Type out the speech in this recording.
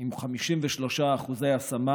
עם 53% השמה.